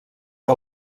que